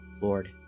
Lord